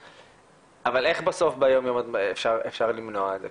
אבל איך בסוף ביומיום אפשר למנוע את זה?